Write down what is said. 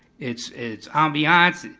its its ambiance.